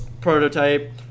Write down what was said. Prototype